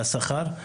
והשכר,